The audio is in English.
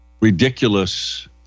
ridiculous